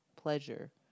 pleasure